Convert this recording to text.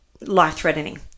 life-threatening